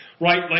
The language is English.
Right